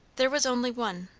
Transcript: there was only one.